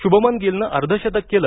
शुभमन गिलनं अर्धशतक केलं